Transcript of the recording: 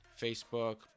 Facebook